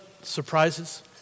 surprises